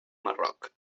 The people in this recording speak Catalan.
marroc